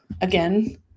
again